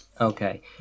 Okay